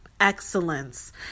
Excellence